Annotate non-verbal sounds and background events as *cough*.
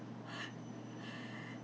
*laughs*